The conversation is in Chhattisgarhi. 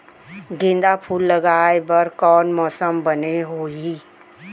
गेंदा फूल लगाए बर कोन मौसम बने होही?